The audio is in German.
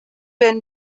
werden